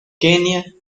kenia